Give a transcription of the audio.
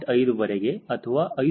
5 ವರೆಗೆ ಅಥವಾ 5